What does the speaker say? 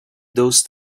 those